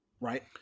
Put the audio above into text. right